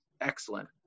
excellent